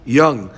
young